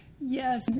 Yes